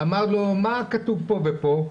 הוא שאל אותו 'מה כתוב פה ופה',